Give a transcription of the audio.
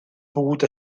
pogut